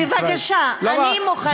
בבקשה, אני מוכנה.